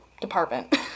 department